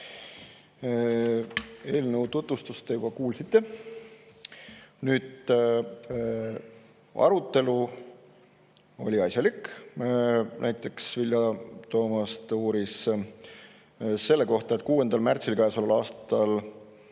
Eelnõu tutvustust te juba kuulsite. Arutelu oli asjalik. Näiteks Vilja Toomast uuris selle kohta, et 6. märtsil käesoleval aastal